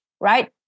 right